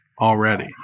already